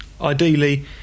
Ideally